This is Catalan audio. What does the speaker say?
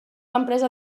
empresa